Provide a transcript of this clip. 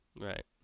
Right